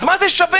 אז מה זה שווה?